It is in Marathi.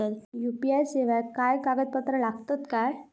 यू.पी.आय सेवाक काय कागदपत्र लागतत काय?